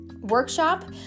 workshop